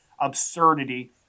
absurdity